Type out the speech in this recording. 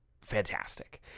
fantastic